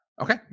Okay